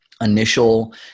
initial